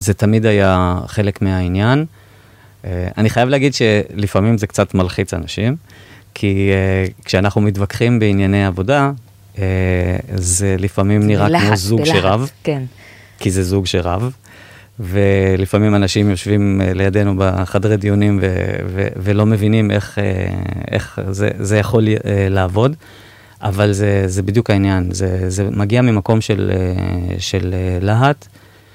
זה תמיד היה חלק מהעניין. אני חייב להגיד שלפעמים זה קצת מלחיץ אנשים, כי כשאנחנו מתווכחים בענייני עבודה, זה לפעמים נראה כמו זוג שרב, כי זה זוג שרב, ולפעמים אנשים יושבים לידינו בחדר הדיונים ולא מבינים איך זה יכול לעבוד, אבל זה בדיוק העניין, זה מגיע ממקום של להט,